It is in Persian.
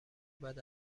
بعد